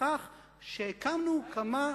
בכך שהקמנו כמה,